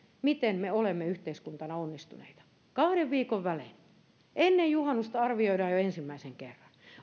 miten me olemme yhteiskuntana onnistuneet kahden viikon välein jo ennen juhannusta arvioidaan ensimmäisen kerran